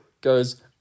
Goes